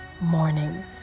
morning